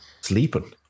sleeping